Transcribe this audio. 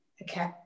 Okay